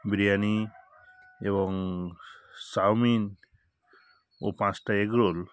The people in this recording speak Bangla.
বিরিয়ানি এবং চাউমিন ও পাঁচটা এগ রোল